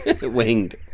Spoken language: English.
Winged